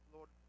Lord